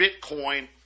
Bitcoin